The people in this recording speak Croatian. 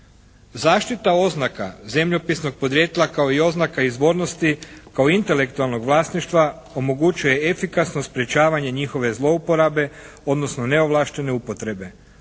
Zaštita oznaka zemljopisnog podrijetla kao i oznaka izvornosti kao intelektualnog vlasništva omogućuje efikasno sprječavanje njihove zlouporabe odnosno neovlaštene upotrebe.